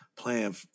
playing